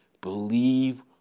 believe